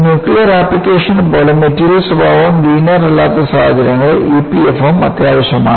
nuclear ആപ്ലിക്കേഷനുകൾ പോലെ material സ്വഭാവം ലീനിയർ അല്ലാത്ത സാഹചര്യങ്ങളിൽ EPFM അത്യാവശ്യമാണ്